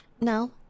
No